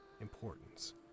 importance